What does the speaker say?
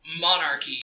monarchy